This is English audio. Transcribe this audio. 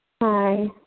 hi